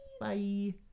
Bye